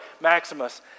Maximus